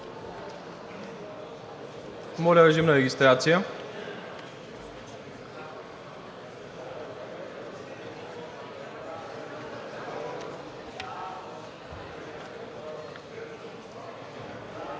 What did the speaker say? Моля, режим на регистрация.